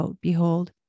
behold